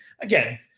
Again